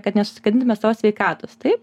kad nesusigadintume sau sveikatos taip